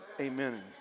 amen